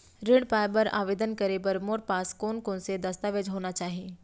ऋण पाय बर आवेदन करे बर मोर पास कोन कोन से दस्तावेज होना चाही?